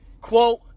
quote